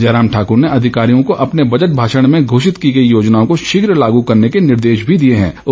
जयराम ठाकूर ने अधिकारियों को अपने बजट भाषण में घोषित की गई योजनाओं को शीघ लागू करने के निर्देश भी दिए गए